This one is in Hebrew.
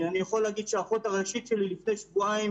אני יכול להגיד שאחות הראשית שלי לפני שבועיים,